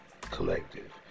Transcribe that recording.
collective